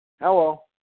Hello